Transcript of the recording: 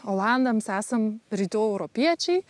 olandams esam rytų europiečiai